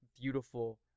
beautiful